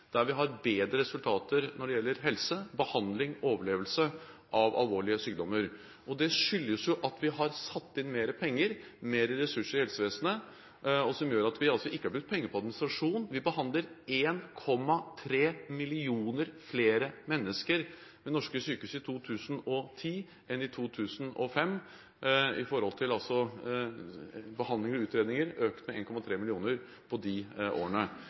har bedre resultater når det gjelder helse, behandling og overlevelse av alvorlige sykdommer. Det skyldes at vi har satt inn mer penger, mer ressurser i helsevesenet. Vi har ikke brukt penger på administrasjon. Vi behandlet 1,3 millioner flere mennesker ved norske sykehus i 2010 enn vi gjorde i 2005 – så behandlinger og utredninger er økt med 1,3 millioner på de årene.